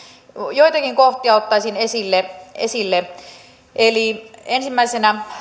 joitakin kohtia ottaisin esille esille ensimmäisenä